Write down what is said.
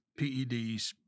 PEDs